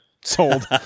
Sold